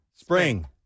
Spring